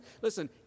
Listen